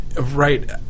Right